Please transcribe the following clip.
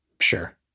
Sure